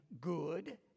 good